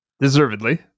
Deservedly